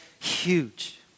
huge